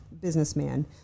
businessman